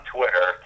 Twitter